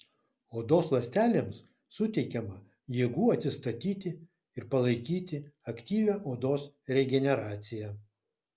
odos ląstelėms suteikiama jėgų atsistatyti ir palaikyti aktyvią odos regeneraciją